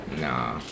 Nah